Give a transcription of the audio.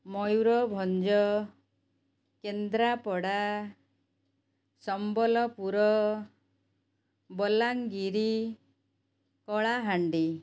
Mayurbhanj Kendrapara Sambalpur Balangir Kalahandi